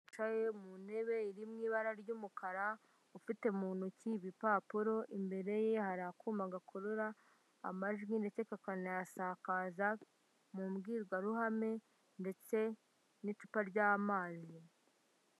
Wicaye mu ntebe iri mu ibara ry'umukara, ufite mu ntoki ibipapuro imbere ye hari akuma gakurura amajwi ndetse kakanayasakaza, mu mbwirwaruhame ndetse n'icupa ry'amazi.